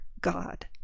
God